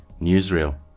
newsreel